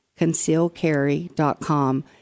ConcealCarry.com